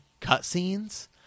cutscenes